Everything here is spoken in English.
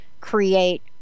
create